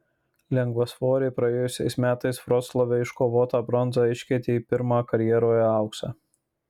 lengvasvorė praėjusiais metais vroclave iškovotą bronzą iškeitė į pirmą karjeroje auksą